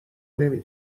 نمی